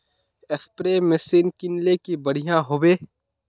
Spray machine किनले की बढ़िया होबवे?